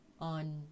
on